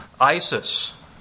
ISIS